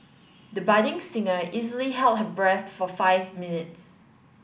the budding singer easily held her breath for five minutes